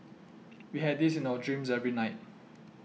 we had this in our dreams every night